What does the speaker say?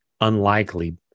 unlikely